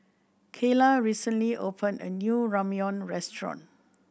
Kayla recently open a new Ramyeon Restaurant